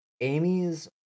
Amy's